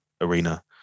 arena